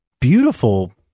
beautiful